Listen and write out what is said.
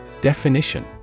Definition